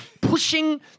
pushing